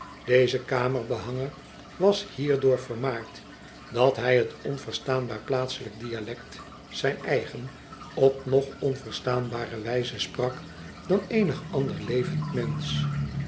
deze kamerbehanger was hierdoor vermaard dat hij het onverstaanbaar plaatselijk dialect zijn eigen op nog onverstaanbaarder wijze sprak dan eenig ander levend mensch